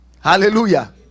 Hallelujah